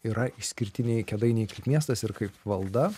yra išskirtiniai kėdainiai kaip miestas ir kaip valda